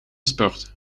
spurt